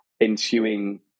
ensuing